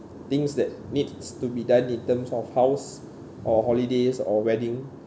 things that needs to be done in terms of house or holidays or wedding